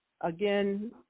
again